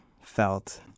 felt